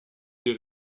des